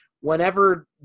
whenever